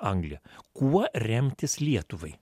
anglija kuo remtis lietuvai